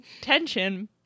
tension